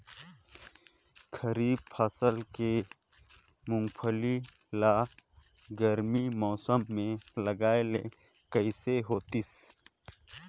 खरीफ फसल के मुंगफली ला गरमी मौसम मे लगाय ले कइसे होतिस?